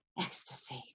ecstasy